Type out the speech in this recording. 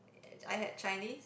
I had Chinese